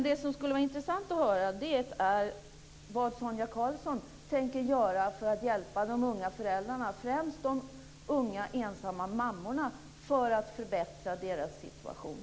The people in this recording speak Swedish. Det skulle vara intressant att höra vad Sonia Karlsson tänker göra för att hjälpa de unga föräldrarna - främst de unga ensamma mammorna - och förbättra deras situation.